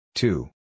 Two